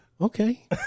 Okay